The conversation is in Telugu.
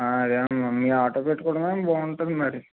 అదే అనుకుంటున్న మీ ఆటో పెట్టుకోవటమే బాగుంటుంది మరి